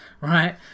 right